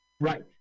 Right